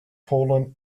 polen